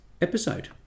episode